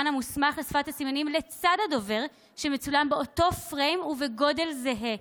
המוסמך לשפת סימנים לצד הדובר המצולם באותו פריים ובגודל זהה,